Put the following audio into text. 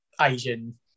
Asian